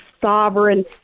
sovereign